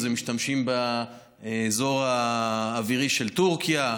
אז הם משתמשים באזור האווירי של טורקיה,